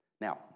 Now